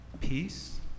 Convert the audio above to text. Peace